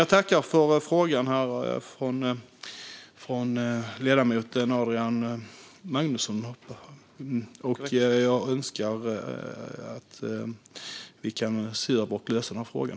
Jag tackar för frågan från ledamoten Adrian Magnusson, och jag önskar att vi kan se över och lösa den här frågan.